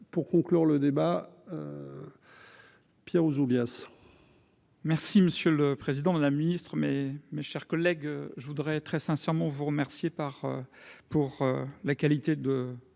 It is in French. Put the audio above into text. pour conclure le débat Pierre Ouzoulias. Merci monsieur le président, la Ministre mais mes chers collègues, je voudrais très sincèrement vous remercier par pour la qualité de